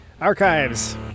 Archives